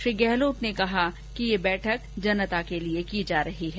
श्री गहलोत ने कहा है कि यह बैठक जनता के लिये की जा रही है